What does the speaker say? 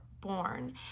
born